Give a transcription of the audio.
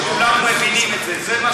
שכולנו מבינים את זה.